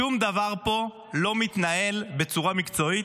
שום דבר פה לא מתנהל בצורה מקצועית,